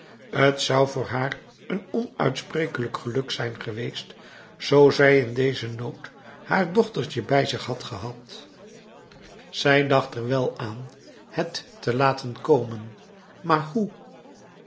t zou voor haar een onuitsprekelijk geluk zijn geweest zoo zij in dezen nood haar dochtertje bij zich had gehad zij dacht er wel aan het te laten komen maar hoe